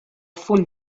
full